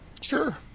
Sure